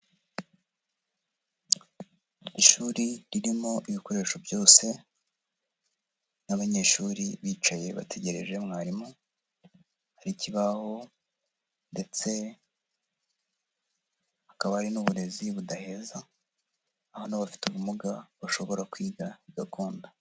Ishuri ririmo ibikoresho byose n'abanyeshuri bicaye bategereje mwarimu, hari ikibaho ndetse hakaba hari n'uburezi budaheza, aho n'abafite ubumuga bashobora kwiga bigakunda.